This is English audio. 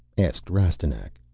asked rastignac.